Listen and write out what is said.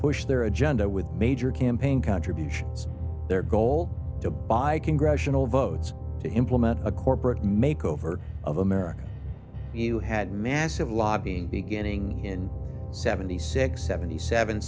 push their agenda with major campaign contributions their goal to buy congressional votes to implement a corporate make over of america you had massive lobbying beginning in seventy six seventy seven